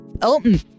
Elton